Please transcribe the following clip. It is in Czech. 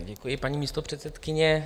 Děkuji, paní místopředsedkyně.